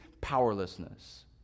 powerlessness